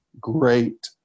Great